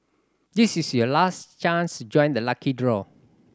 this is your last chance to join the lucky draw